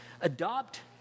...adopt